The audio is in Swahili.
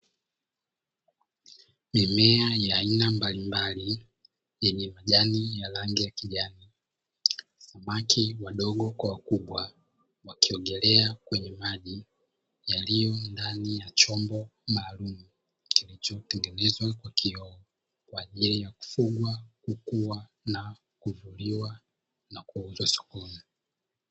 Mimea ya aina mbalimbali yenye majani ya rangi ya kijani, samaki wadogo kwa wakubwa wakiogelea kwenye maji yaliyo ndani ya chombo maalumu, kilichotengenezwa kwa kioo kwa ajili ya: kufugwa, kukua, na kuvuliwa na kuuzwa sokoni.